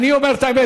אני אומר את האמת,